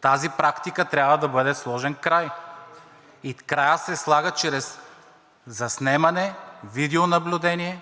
тази практика трябва да бъде сложен край и краят се слага чрез заснемане, видеонаблюдение,